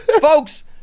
Folks